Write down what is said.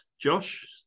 Josh